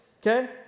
Okay